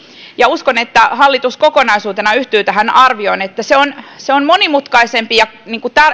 ja uskon että hallitus kokonaisuutena yhtyy tähän arvioon että se on se on monimutkaisempi ja